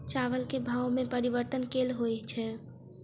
चावल केँ भाव मे परिवर्तन केल होइ छै?